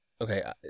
Okay